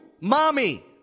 mommy